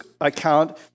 account